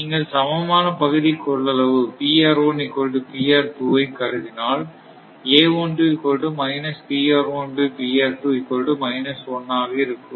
நீங்கள் சமமான பகுதி கொள்ளளவு ஐ கருதினால் ஆக இருக்கும்